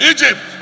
Egypt